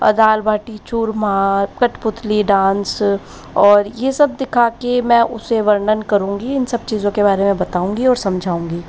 दाल बाटी चूरमा कटपुतली डांस और यह सब दिखा कर मैं उसे वर्णन करूँगी इन सब चीज़ों के बारे में बताऊँगी और समझाऊँगी